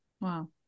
Wow